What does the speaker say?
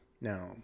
now